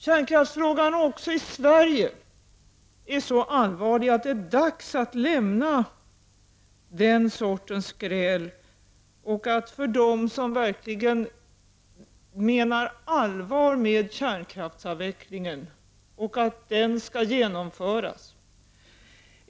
Kärnkraftsfrågan är också i Sverige så allvarlig att det är dags att lämna den sortens gräl för dem som verkligen menar allvar med att kärnkraftsavvecklingen skall genomföras.